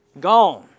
Gone